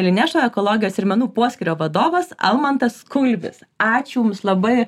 lineša ekologijos ir menų poskyrio vadovas almantas kulbis ačiū jums labai